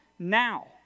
now